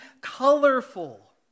colorful